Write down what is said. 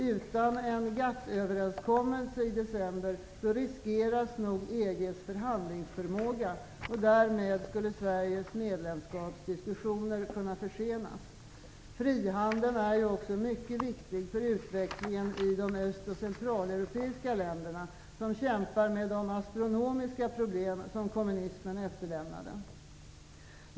Utan en GATT överenskommelse i december riskeras nog EG:s förhandlingsförmåga, och därmed skulle Sveriges medlemskapsdiskussioner kunna försenas. Frihandeln är också mycket viktig för utvecklingen i de öst och centraleuropeiska länderna, som kämpar med de astronomiska problem som kommunismen efterlämnade.